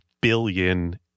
billion